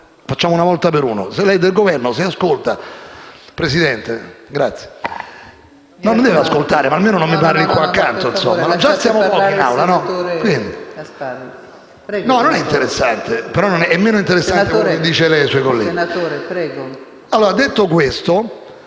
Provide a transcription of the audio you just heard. facciamo una volta per uno,